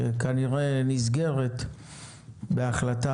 שכנראה נסגרת בהחלטה